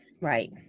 Right